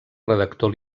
redactor